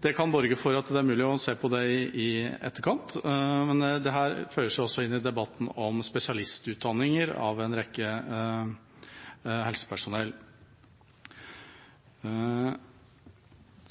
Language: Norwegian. Det kan borge for at det er mulig å se på det i etterkant, men dette føyer seg også inn i debatten om spesialistutdanninger av en rekke helsepersonell. En